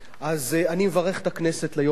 אז אני מברך את הכנסת על היום הזה,